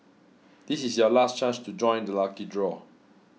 this is your last chance to join the lucky draw